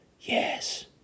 Yes